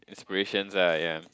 inspirations ah ya